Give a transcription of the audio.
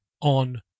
on